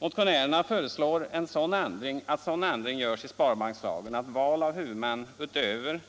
Motionärerna föreslår att sådan ändring görs i sparbankslagen att val av huvudmän, utöver